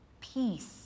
peace